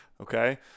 okay